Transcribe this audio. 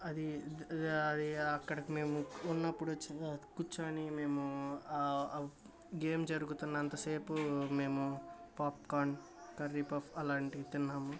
అది అక్కడికి మేము ఉన్నప్పుడు వచ్చిన కుర్చొని మేము గేమ్ జరుగుతున్నంతసేపు మేము పాప్కార్న్ కర్రీ పఫ్ అలాంటివి తిన్నాము